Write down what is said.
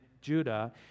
Judah